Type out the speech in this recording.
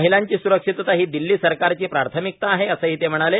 महिलांची सुरक्षितता ही दिल्ली सरकारची प्राथमिकता आहे असंही ते म्हणाले